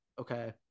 okay